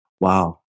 Wow